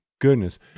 goodness